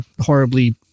horribly